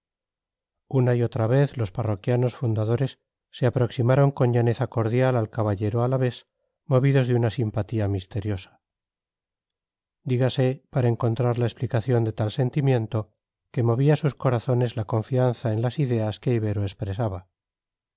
una y otra vez los parroquianos fundadores se aproximaron con llaneza cordial al caballero alavés movidos de una simpatía misteriosa dígase para encontrar la explicación de tal sentimiento que movía sus corazones la confianza en las ideas que ibero expresaba